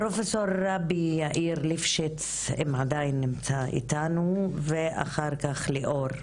פרופסור רבי יאיר ליפשיץ ואחר כך ליאור.